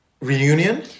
reunion